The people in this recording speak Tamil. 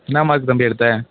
என்ன மார்க் தம்பி எடுத்த